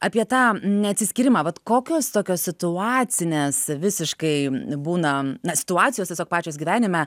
apie tą neatsiskyrimą vat kokios tokios situacinės visiškai būna situacijos tiesiog pačios gyvenime